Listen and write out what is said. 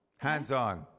hands-on